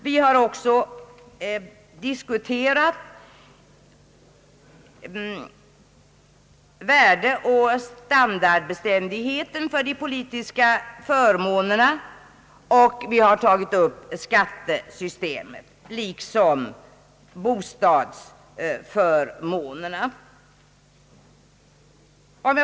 Vi har också diskuterat de familjepolitiska förmånernas värdeoch standardbeständighet, och vi har tagit upp skattesystemet liksom frågan om bostadsförmånerna.